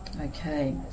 Okay